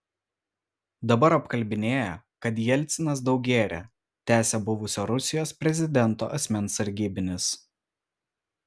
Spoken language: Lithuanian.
dabar apkalbinėja kad jelcinas daug gėrė tęsė buvusio rusijos prezidento asmens sargybinis